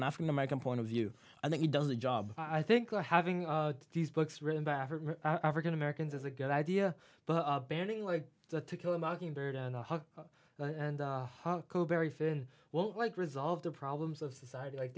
an african american point of view i think it does the job i think i having these books written by african americans is a good idea but banning like that to kill a mockingbird and a hug and huckleberry finn won't like resolve the problems of society like